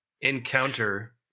encounter